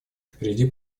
впереди